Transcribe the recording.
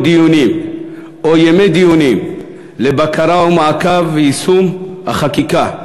דיונים או ימי דיונים לבקרה ומעקב ויישום החקיקה,